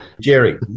Jerry